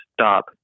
stop